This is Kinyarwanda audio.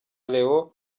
leo